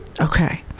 Okay